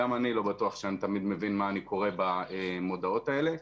גם אני לא בטוח שאני תמיד מבין מה אני קורא במודעות האלה.